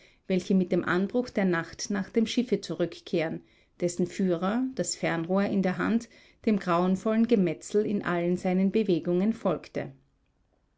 welche mit dem anbruch der nacht nach dem schiffe zurückkehren dessen führer das fernrohr in der hand dem grauenvollen gemetzel in allen seinen bewegungen folgte